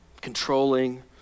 controlling